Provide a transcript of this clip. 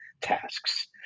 tasks